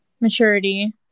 maturity